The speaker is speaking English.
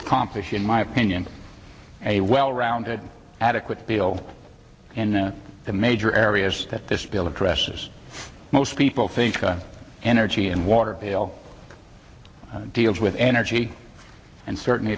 accomplish in my opinion a well rounded adequate bill and that the major areas that this bill addresses most people think energy and water bill deals with energy and certainly